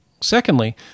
Secondly